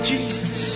Jesus